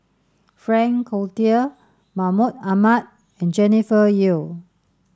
Frank Cloutier Mahmud Ahmad and Jennifer Yeo